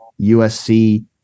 USC